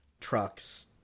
trucks